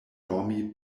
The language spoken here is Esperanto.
dormi